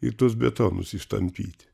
i tuos betonus ištampyti